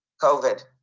COVID